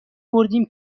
بردیم